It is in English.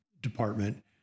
Department